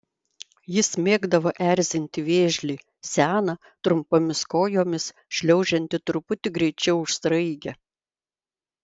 jis mėgdavo erzinti vėžlį seną trumpomis kojomis šliaužiantį truputį greičiau už sraigę